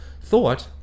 thought